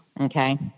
okay